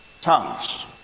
tongues